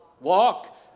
walk